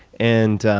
and